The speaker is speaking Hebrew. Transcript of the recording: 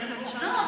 חוק ומשפט נתקבלה.